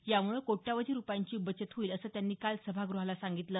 यामुळे कोटयावधी रुपयांची बचत होईल असं त्यांनी काल सभाग्रहाला सांगितलं